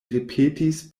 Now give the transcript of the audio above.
ripetis